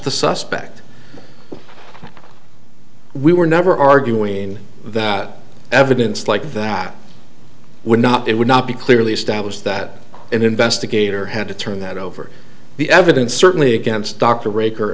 the suspect we were never arguing that evidence like that would not it would not be clearly established that an investigator had to turn that over the evidence certainly against d